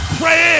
pray